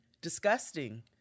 disgusting